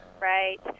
Right